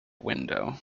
window